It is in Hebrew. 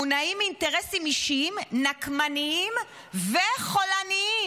מונעים מאינטרסים אישיים נקמניים וחולניים,